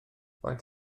faint